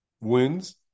wins